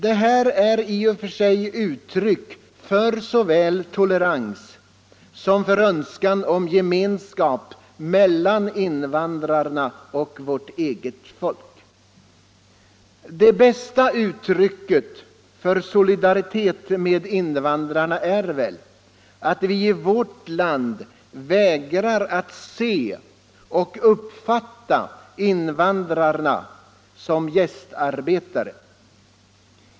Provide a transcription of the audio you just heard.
Detta är i och för sig uttryck för såväl tolerans som önskan om ge 19 menskap mellan invandrarna och vårt eget folk. Det bästa uttrycket för solidaritet med invandrarna är väl att vi i vårt land vägrar att se och uppfatta invandrarna som gästarbetare.